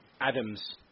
Adams